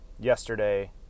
Yesterday